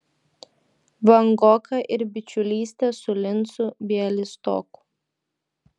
vangoka ir bičiulystė su lincu bialystoku